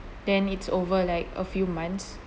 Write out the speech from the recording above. then it's over like a few months